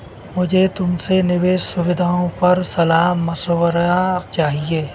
मुझे तुमसे निवेश सुविधाओं पर सलाह मशविरा चाहिए